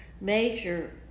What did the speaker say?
major